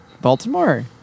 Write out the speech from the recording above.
Baltimore